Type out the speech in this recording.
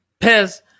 Pez